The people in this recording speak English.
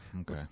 Okay